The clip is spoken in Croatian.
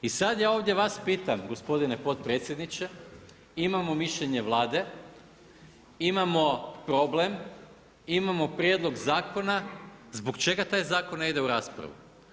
I sad ja ovdje vas pitam, gospodine potpredsjedniče, imamo mišljenje Vlade, imamo problem, imamo prijedlog zakona, zbog čega taj zakon ne ide u raspravu?